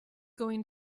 going